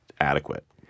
adequate